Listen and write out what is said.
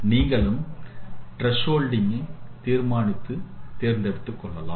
நீங்களும் டிரஸ்ஹோல்டிங்கை தீர்மானித்து தேர்ந்தெடுக்கலாம்